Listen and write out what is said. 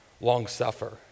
long-suffer